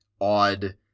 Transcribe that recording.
odd